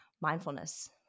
mindfulness